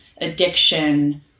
addiction